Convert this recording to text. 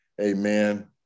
amen